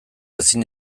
ezin